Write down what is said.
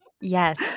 Yes